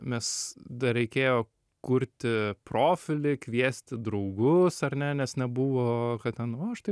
nes dar reikėjo kurti profilį kviesti draugus ar ne nes nebuvo kad ten o štai